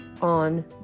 on